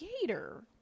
gator